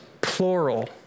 plural